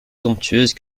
somptueuse